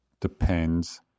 depends